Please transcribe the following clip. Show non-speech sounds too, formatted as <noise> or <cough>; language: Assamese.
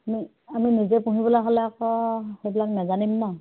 <unintelligible> আমি নিজে পুহিবলে হ'লে আকৌ সেইবিলাক নোজানিম ন